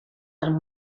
del